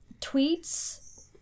tweets